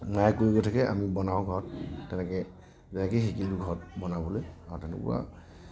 মায়ে কৈ গৈ থাকে আমি বনাওঁ ঘৰত তেনেকে বেয়াকৈয়ে শিকিলোঁ ঘৰত বনাবলে আৰু তেনেকুৱা